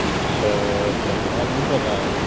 अच्छा ठंडा नहीं कर रहा है